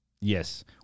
Yes